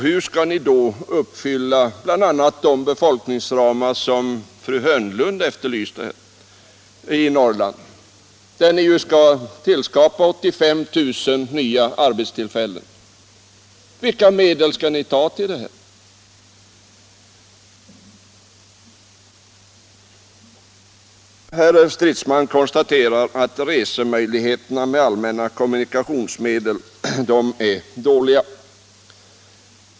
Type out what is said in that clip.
Hur skall ni då klara bl.a. de befolkningsramar i Norrland som fru Hörnlund efterlyste — i Norrland, där ni skall tillskapa 85 000 nya arbetstillfällen? Vilka medel skall ni ta till det? Herr Stridsman konstaterar att möjligheterna att resa med allmänna kommunikationsmedel är dåliga.